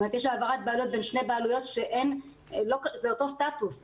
כלומר יש העברת בעלויות בין שתי בעלויות שנמצאות באותו סטטוס.